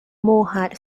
morehead